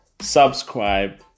Subscribe